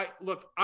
look